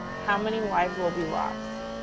how many lives will be lost?